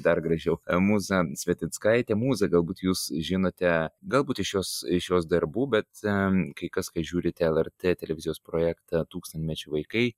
dar gražiaumūza svetickaite mūza galbūt jūs žinote galbūt iš jos iš jos darbų bet kai kas kai žiūrite lrt televizijos projektą tūkstantmečio vaikai